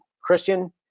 Christian